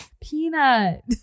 Peanut